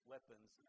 Weapons